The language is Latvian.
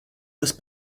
tas